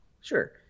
Sure